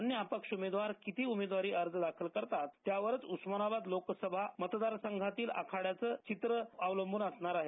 अन्य अपक्ष उमेदवार किती उमेदवारी अर्ज दाखल करतात त्यावरच उस्मानाबाद लोकसभा मतदारसंघातील आखाड्याचं चित्र अवलंबून असणार आहे